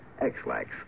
X-Lax